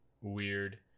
weird